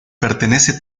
pertenece